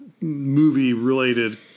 movie-related